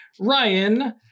Ryan